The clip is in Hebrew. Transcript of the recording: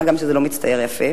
מה גם שזה לא מצטייר יפה,